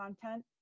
content